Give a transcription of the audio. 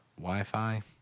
Wi-Fi